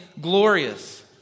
glorious